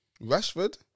Rashford